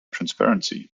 transparency